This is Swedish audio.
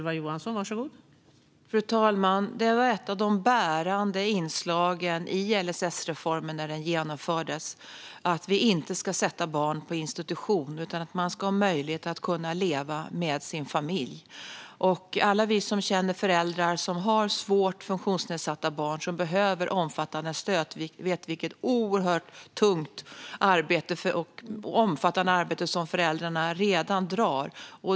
Fru talman! Det var ett av de bärande inslagen i LSS-reformen när den genomfördes att vi inte ska sätta barn på institution utan att man ska ha möjlighet att leva med sin familj. Alla vi som känner föräldrar som har svårt funktionsnedsatta barn som behöver omfattande stöd vet vilket oerhört tungt och omfattande arbete som föräldrarna redan gör.